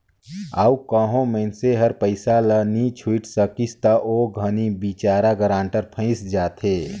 अउ कहों मइनसे हर पइसा ल नी छुटे सकिस ता ओ घनी बिचारा गारंटर फंइस जाथे